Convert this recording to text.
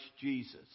Jesus